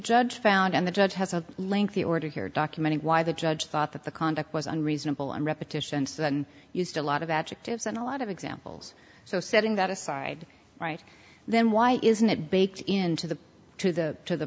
judge found and the judge has a lengthy order here document why the judge thought that the conduct was unreasonable and repetitions and used a lot of adjectives and a lot of examples so setting that aside right then why isn't it baked in to the to the to the